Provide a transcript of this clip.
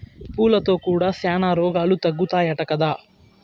పూలతో కూడా శానా రోగాలు తగ్గుతాయట కదా